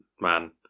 man